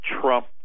Trump